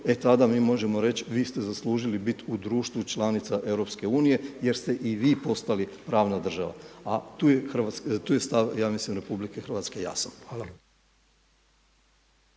e tada mi možemo reći vi ste zaslužili biti u društvu članica EU jer ste i vi postali pravna država. A tu je stav ja mislim RH jasan. Hvala.